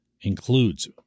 includes